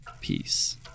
peace